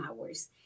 hours